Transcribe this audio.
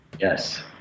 Yes